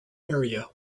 area